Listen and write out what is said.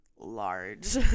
large